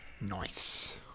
Nice